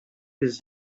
his